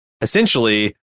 essentially